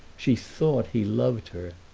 she thought he loved her.